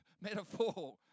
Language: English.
metaphor